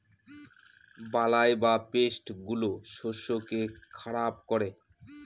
বালাই বা পেস্ট গুলো শস্যকে খারাপ করে